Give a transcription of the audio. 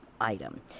item